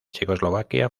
checoslovaquia